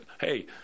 Hey